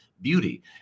Beauty